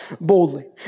boldly